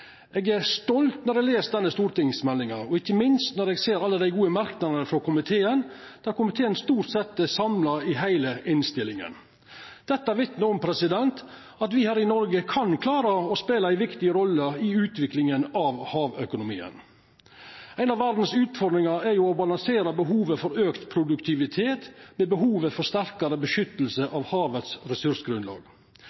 Eg er stolt når eg les denne stortingsmeldinga, og ikkje minst når eg ser alle dei gode merknadene frå komiteen i innstillinga – komiteen er stort sett samla i heile innstillinga. Dette vitnar om at me her i Noreg kan klara å spela ei viktig rolle i utviklinga av havøkonomien. Ei av verdas utfordringar er jo å balansera behovet for auka produktivitet mot behovet for sterkare